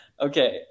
okay